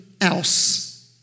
Else